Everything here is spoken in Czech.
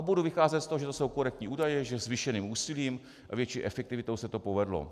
Budu vycházet z toho, že to jsou korektní údaje, že zvýšeným úsilím a větší efektivitou se to povedlo.